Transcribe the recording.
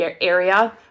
area